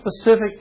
specific